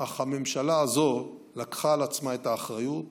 אך הממשלה הזאת לקחה על עצמה את האחריות,